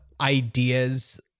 ideas